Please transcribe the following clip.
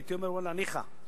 הייתי אומר: ניחא.